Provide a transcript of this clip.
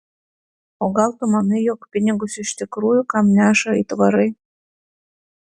o gal tu manai jog pinigus iš tikrųjų kam neša aitvarai